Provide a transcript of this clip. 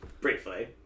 Briefly